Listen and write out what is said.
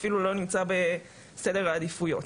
אפילו לא נמצא בסדר העדיפויות.